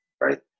Right